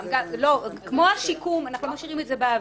כמו השיקום אנחנו לא משאירים את זה באוויר.